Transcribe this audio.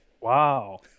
Wow